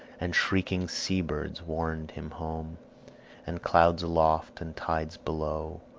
and shrieking sea-birds warned him home and clouds aloft and tides below,